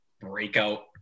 breakout